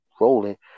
rolling